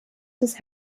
des